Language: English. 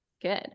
Good